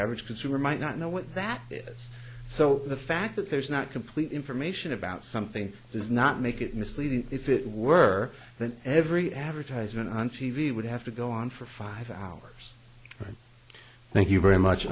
average consumer might not know what that is so the fact that there's not complete information about something does not make it misleading if it were then every advertisement on t v would have to go on for five hours thank you very much